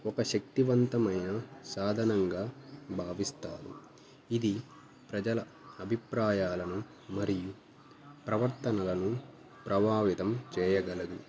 ఒక శక్తివంతమైన సాధనంగా భావిస్తారు ఇది ప్రజల అభిప్రాయాలను మరియు ప్రవర్తనలను ప్రభావితం చేయగలదు